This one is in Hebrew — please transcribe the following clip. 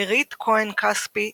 מירית כהן כספי,